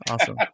awesome